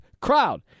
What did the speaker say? crowd